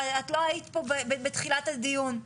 את לא היית פה בתחילת הדיון.